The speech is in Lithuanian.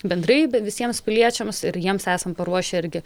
bendrai be visiems piliečiams ir jiems esam paruošę irgi